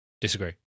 Disagree